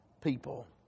people